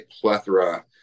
plethora